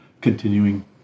continuing